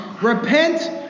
Repent